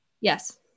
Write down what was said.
Yes